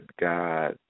God